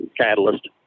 catalyst